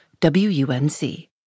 WUNC